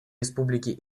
республики